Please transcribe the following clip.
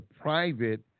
private